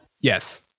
Yes